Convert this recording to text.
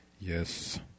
Yes